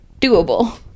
doable